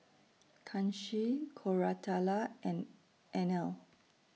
Kanshi Koratala and Anil